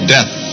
Death